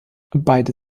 beide